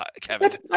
Kevin